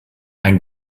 ein